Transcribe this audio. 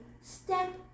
step